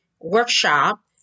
workshop